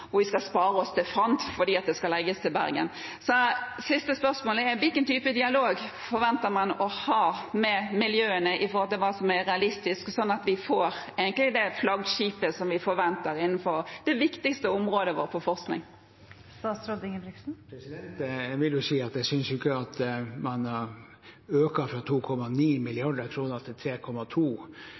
vi skal spare oss til fant fordi det skal legges til Bergen. Så det siste spørsmålet er: Hvilken type dialog forventer man å ha med miljøene med tanke på hva som er realistisk, sånn at vi får det flaggskipet vi egentlig forventer, innenfor det viktigste området vårt på forskning? Jeg vil jo si at jeg ikke synes at det at man har økt fra 2,9 til 3,2 mrd. kr, er å spare seg til